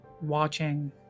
watching